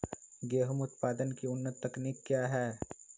गेंहू उत्पादन की उन्नत तकनीक क्या है?